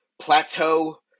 plateau